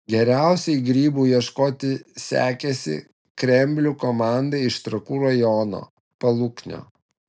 geriausiai grybų ieškoti sekėsi kremblių komandai iš trakų rajono paluknio